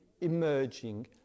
emerging